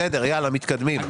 בסדר, יאללה, מתקדמים.